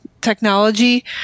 technology